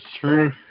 true